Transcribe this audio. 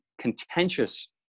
contentious